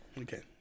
Okay